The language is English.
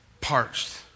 parched